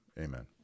amen